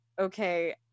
okay